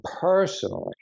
personally